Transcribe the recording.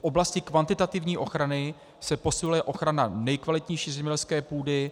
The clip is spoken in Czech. V oblasti kvantitativní ochrany se posiluje ochrana nejkvalitnější zemědělské půdy.